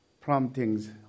promptings